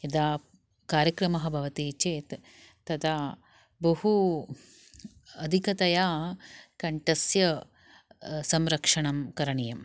यदा कार्यक्रमः भवति चेत् तदा बहु अधिकतया कण्ठस्य संरक्षणं करणीयम्